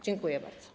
Dziękuję bardzo.